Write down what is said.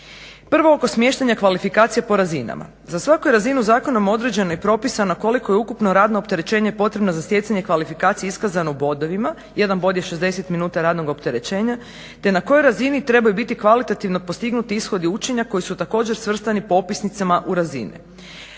Prvo oko smještanja kvalifikacija po razinama. Za svaku je razinu zakonom određeno i propisano koliko je ukupno radno opterećenje potrebno za stjecanje kvalifikacije iskazano bodovima. Jedan bod je 60 minuta radnog opterećenja, te na kojoj razini trebaju biti kvalitativno postignuti ishodi učenja koji su također svrstani po opisnicama u razine.